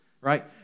right